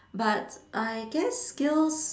but I guess skills